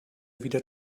wieder